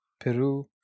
Peru